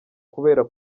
kubera